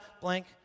blank